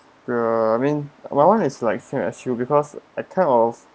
ya I mean my one is like as same as you because I kind of